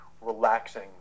relaxing